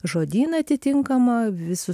žodyną atitinkamą visus